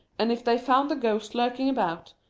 and if they found the ghost lurking about,